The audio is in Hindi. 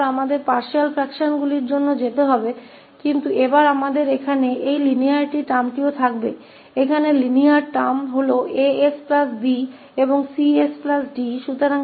फिर से हमें आंशिक भिन्नों के लिए जाने की आवश्यकता है लेकिन इस बार हमारे पास यह रैखिक शब्द भी होगा यहां रैखिक शब्द 𝐴𝑠 B और 𝐶𝑠 D भी होगा